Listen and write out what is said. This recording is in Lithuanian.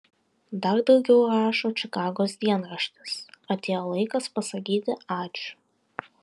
dar daugiau rašo čikagos dienraštis atėjo laikas pasakyti ačiū